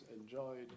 enjoyed